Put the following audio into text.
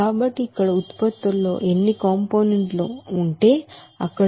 కాబట్టి ఉత్పత్తులలో ఎన్ని కాంపోనెంట్లు ఉంటే అక్కడ